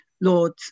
Lord